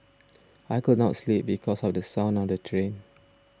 I could not sleep because of the sound of the train